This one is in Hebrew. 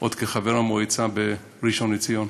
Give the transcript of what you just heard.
עוד כחבר המועצה בראשון-לציון.